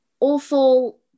awful